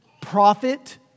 profit